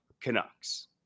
Canucks